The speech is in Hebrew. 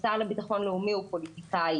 השר לביטחון לאומי הוא פוליטיקאי